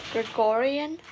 Gregorian